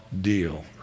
deal